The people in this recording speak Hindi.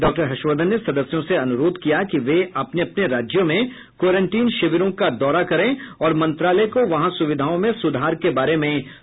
डॉक्टर हर्षवर्धन ने सदस्यों से अनुरोध किया कि वे अपने अपने राज्यों में क्वेरेन्टीनशिविरों को दौरा करें और मंत्रालय को वहां सुविधाओं में सुधार के बारे में फीडबैक दें